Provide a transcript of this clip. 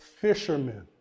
fishermen